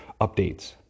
updates